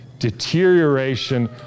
deterioration